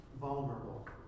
vulnerable